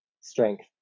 strength